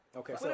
okay